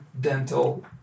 dental